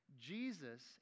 Jesus